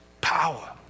power